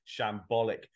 shambolic